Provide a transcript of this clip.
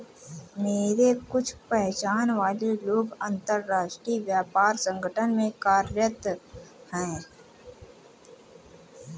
मेरे कुछ पहचान वाले लोग अंतर्राष्ट्रीय व्यापार संगठन में कार्यरत है